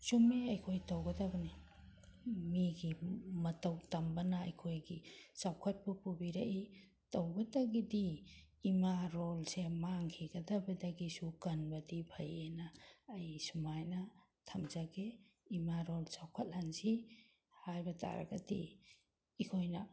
ꯆꯨꯝꯃꯦ ꯑꯩꯈꯣꯏ ꯇꯧꯒꯗꯕꯅꯤ ꯃꯤꯒꯤ ꯃꯇꯧ ꯇꯝꯕꯅ ꯑꯩꯈꯣꯏꯒꯤ ꯆꯥꯎꯈꯠꯄ ꯄꯨꯕꯤꯔꯛꯏ ꯇꯧꯕꯇꯒꯤꯗꯤ ꯏꯃꯥ ꯂꯣꯜꯁꯦ ꯃꯥꯡꯈꯤꯒꯗꯕꯗꯒꯤꯁꯨ ꯀꯟꯕꯗꯤ ꯐꯩ ꯑꯅ ꯑꯩ ꯁꯨꯃꯥꯏꯅ ꯊꯝꯖꯒꯦ ꯏꯃꯥ ꯂꯣꯜ ꯆꯥꯎꯈꯠꯍꯟꯁꯤ ꯍꯥꯏꯕ ꯇꯥꯔꯒꯗꯤ ꯑꯩꯈꯣꯏꯅ